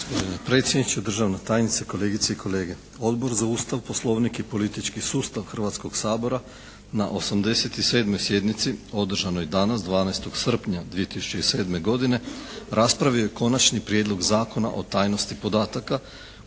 Predsjedniče, državna tajnice, kolegice i kolege. Odbor za Ustav, Poslovnik i politički sustav Hrvatskog sabora na 87. sjednici održanoj danas 12. srpnja 2007. godine raspravio je Konačni prijedlog zakona o tajnosti podataka